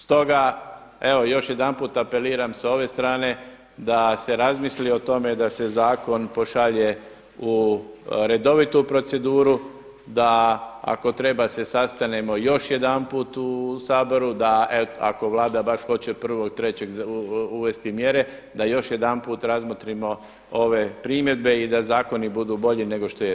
Stoga evo još jedanputa apeliram sa ove strane da se razmisli o tome da se zakon pošalje u redovitu proceduru, da ako treba se sastanemo još jedanput u Saboru da ako Vlada baš hoće 1.3. uvesti mjere, da još jedanput razmotrimo ove primjedbe i da zakoni budu bolji nego što jesu.